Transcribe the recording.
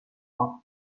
foc